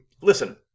Listen